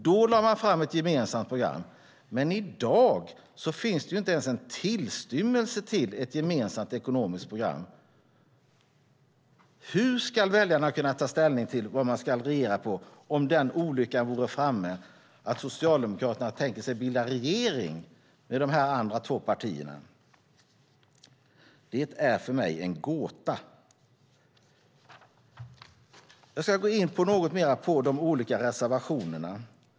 Då lade man fram ett gemensamt program, men i dag finns inte ens en tillstymmelse till ett gemensamt ekonomiskt program. Hur ska väljarna kunna ta ställning till vad man ska regera på om den olycka vore framme att Socialdemokraterna tänker sig att bilda regering med de två andra partierna? Det är för mig en gåta. Jag ska gå in något mer på de olika reservationerna.